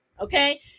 okay